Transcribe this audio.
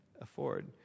afford